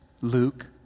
Luke